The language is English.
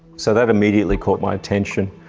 so that immediately caught my attention.